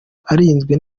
arinzwe